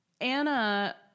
Anna